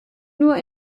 nur